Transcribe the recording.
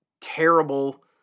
terrible